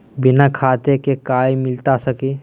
बिना खाता के कार्ड मिलता सकी?